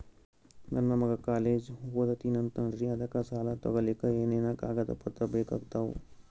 ನನ್ನ ಮಗ ಕಾಲೇಜ್ ಓದತಿನಿಂತಾನ್ರಿ ಅದಕ ಸಾಲಾ ತೊಗೊಲಿಕ ಎನೆನ ಕಾಗದ ಪತ್ರ ಬೇಕಾಗ್ತಾವು?